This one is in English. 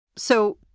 so,